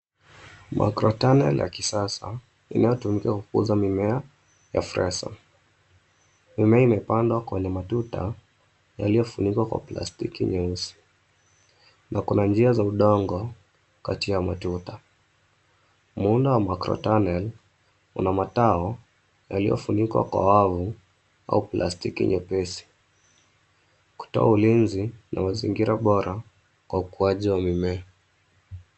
Microtunnel la kisasa linaotumika kukuza mimea ya fraser . Mimea imepandwa kwenye matuta yaliyofunikwa kwa plastiki nyeusi. Na kuna njia za udongo kati ya matuta. Muundo wa microtunnel una matao yaliyofunikwa kwa wavu au plastiki nyepesi. Ukuta wa ulinzi unauzingira bora kwa ukuaji wa mimea.